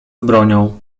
bronią